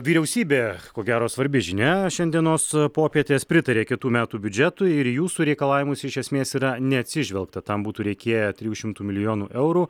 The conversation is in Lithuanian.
vyriausybė ko gero svarbi žinia šiandienos popietės pritarė kitų metų biudžetui ir į jūsų reikalavimus iš esmės yra neatsižvelgta tam būtų reikėję trijų šimtų milijonų eurų